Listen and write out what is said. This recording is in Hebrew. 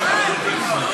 עושה.